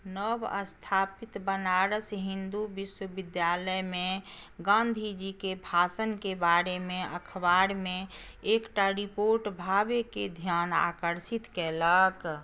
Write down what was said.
नवस्थापित बनारस हिन्दू विश्वविद्यालय मे गांधीजी के भाषण के बारे मे अखबार मे एकटा रिपोर्ट भावे के ध्यान आकर्षित केलक